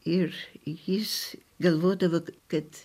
ir jis galvodavo kad